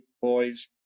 boys